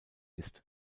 ist